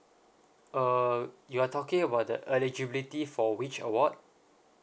uh you are talking about the eligibility for which award